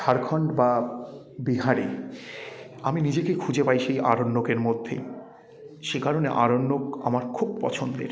ঝাড়খণ্ড বা বিহারে আমি নিজেকে খুঁজে পাই সেই আরণ্যকের মধ্যেই সে কারণে আরণ্যক আমার খুব পছন্দের